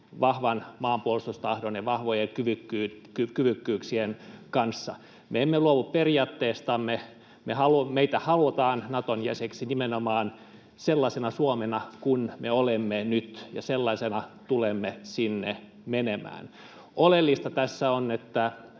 vahvan maanpuolustustahdon ja vahvojen kyvykkyyksien kanssa. Me emme luovu periaatteistamme. Meitä halutaan Naton jäseniksi nimenomaan sellaisena Suomena kuin me olemme nyt, ja sellaisena tulemme sinne menemään. Oleellista tässä on, että